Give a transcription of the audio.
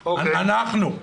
אנחנו,